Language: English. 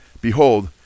behold